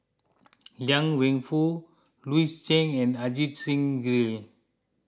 Liang Wenfu Louis Chen and Ajit Singh Gill